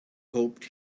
hoped